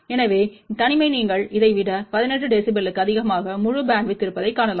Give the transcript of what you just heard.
எனவே தனிமை நீங்கள் இதை விட 18 dBக்கு அதிகமாக முழு பேண்ட்வித் இருப்பதைக் காணலாம்